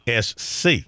SC